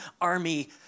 army